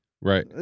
right